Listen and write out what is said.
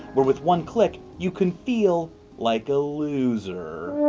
where with one click you can feel like a loser.